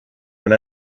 when